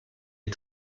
est